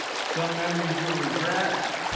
some memories you'll regret.